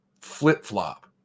flip-flop